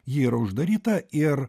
ji yra uždaryta ir